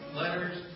letters